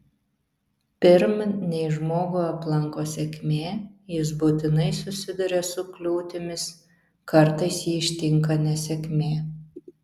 pirm nei žmogų aplanko sėkmė jis būtinai susiduria su kliūtimis kartais jį ištinka nesėkmė